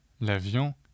L'avion